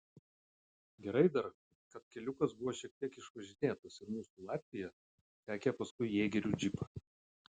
gerai dar kad keliukas buvo šiek tiek išvažinėtas ir mūsų latvija sekė paskui jėgerių džipą